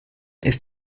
ist